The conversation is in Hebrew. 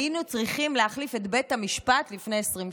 היינו צריכים להחליף את בית המשפט לפני 20 שנה.